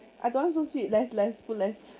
I don't want so sweet less less put less